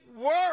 work